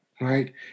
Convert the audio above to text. right